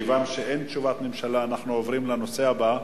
כיוון שאין תשובת ממשלה, אנחנו עוברים לנושא הבא.